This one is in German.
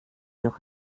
durch